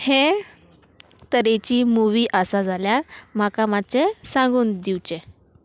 हे तरेची मुवी आसा जाल्यार म्हाका मातशें सांगून दिवचें